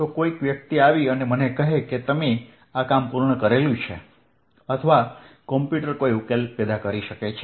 તો કોઈક વ્યક્તિ આવી અને મને કહે છે કે તમે આ કામ પૂર્ણ કર્યું અથવા કમ્પ્યુટર કોઈ ઉકેલ પેદા કરી શકે છે